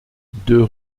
deux